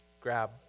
grab